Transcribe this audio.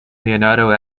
leonardo